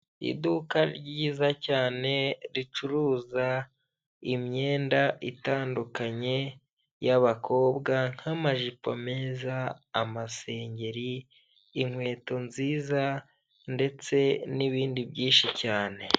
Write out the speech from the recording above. Iduka ryiza cyane, ricuruza imyenda itandukanye y'abakobwa nk'amajipo meza, amasengeri, inkweto nziza ndetse n'ibindi byinshi cyane.